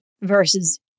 versus